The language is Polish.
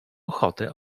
ochotę